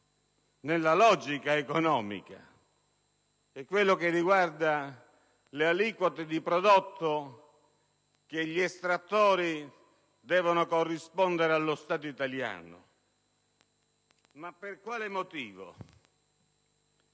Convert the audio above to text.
nella logica economica, riguarda le aliquote di prodotto che gli estrattori devono corrispondere allo Stato italiano. Ma per quale motivo